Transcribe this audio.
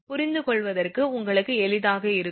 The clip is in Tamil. புரிந்து கொள்வதற்கு உங்களுக்கு எளிதாக இருக்கும்